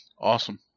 Awesome